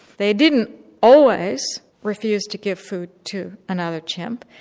they didn't always refuse to give food to another chimp,